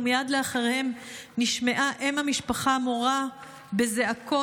ומייד לאחריהן נשמעה אם המשפחה מורה בזעקות